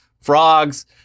frogs